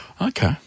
Okay